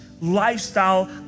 lifestyle